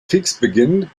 kriegsbeginn